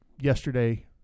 yesterday